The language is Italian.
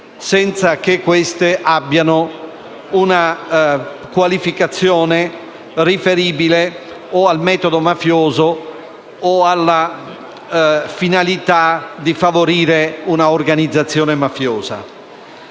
senza che queste abbiano una qualificazione riferibile al metodo mafioso o alla finalità di favorire un'organizzazione mafiosa.